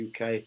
UK